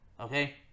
okay